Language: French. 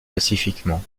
pacifiquement